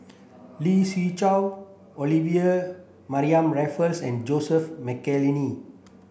Lee Siew Choh Olivia Mariamne Raffles and Joseph Mcnally